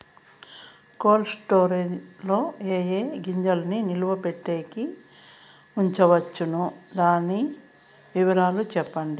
Cold storage లో ఏ ఏ గింజల్ని నిలువ పెట్టేకి ఉంచవచ్చును? దాని వివరాలు సెప్పండి?